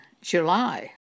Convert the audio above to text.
July